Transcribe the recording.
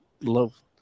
love